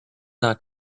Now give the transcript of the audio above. not